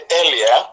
earlier